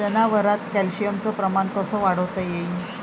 जनावरात कॅल्शियमचं प्रमान कस वाढवता येईन?